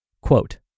Quote